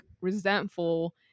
resentful